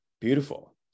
Beautiful